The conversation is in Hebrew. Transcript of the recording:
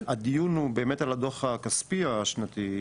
הדיון הוא באמת על הדו"ח הכספי השנתי.